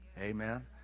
Amen